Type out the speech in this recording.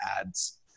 ads